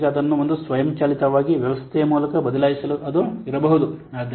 ಈಗ ಅದನ್ನು ಒಂದು ಸ್ವಯಂಚಾಲಿತ ವ್ಯವಸ್ಥೆಯ ಮೂಲಕ ಬದಲಾಯಿಸಲು ಅದು ಇರಬಹುದು